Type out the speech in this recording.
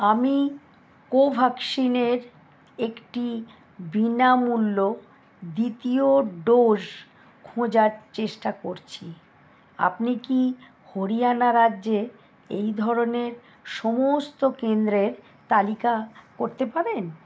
আমি কোভ্যাক্সিনের একটি বিনামূল্য দ্বিতীয় ডোস খোঁজার চেষ্টা করছি আপনি কি হরিয়ানা রাজ্যে এই ধরনের সমস্ত কেন্দ্রের তালিকা করতে পারেন